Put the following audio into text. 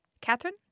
Catherine